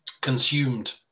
consumed